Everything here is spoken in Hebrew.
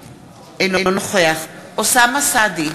אינה נוכחת בנימין נתניהו, אינו נוכח אוסאמה סעדי,